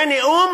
זה נאום,